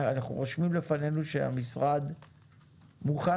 אנחנו רושמים לפנינו שהמשרד מוכן